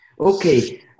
okay